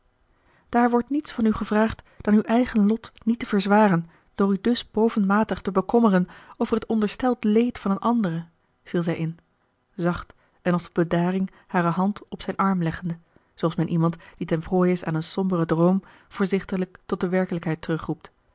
daar wordt niets van u gevraagd dan uw eigen lot niet te verzwaren door u dus bovenmatig te bekommeren over het ondersteld leed van eene andere viel zij in zacht en als tot bedaring hare hand op zijn arm leggend zooals men iemand die ten prooi is aan een somberen droom voorzichtiglijk tot de werkelijkheid